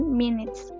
minutes